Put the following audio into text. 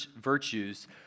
virtues